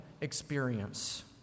experience